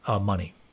money